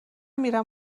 میرم